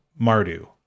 Mardu